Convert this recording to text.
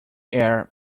air